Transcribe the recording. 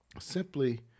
simply